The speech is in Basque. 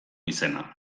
izena